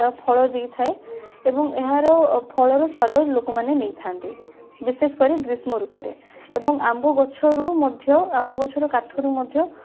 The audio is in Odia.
ଓ ଫଳ ଦେଇଥାଏ ଏବଂ ଏହାର ଫଳର ସ୍ବାଦ ଲୋକମାନେ ନେଇଥାନ୍ତି ବିଶେଷକରି ଗ୍ରୀଷ୍ମଋତୁରେ ଏବଂ ଆମ୍ବ ଗଛରୁ ମଧ୍ୟ ଆମ୍ବ ଗଛର କାଠରୁ ମଧ୍ୟ